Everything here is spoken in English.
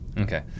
Okay